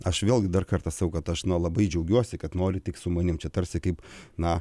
aš vėlgi dar kartą sakau kad aš na labai džiaugiuosi kad nori tik su manim čia tarsi kaip na